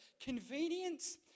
convenience